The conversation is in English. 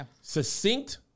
succinct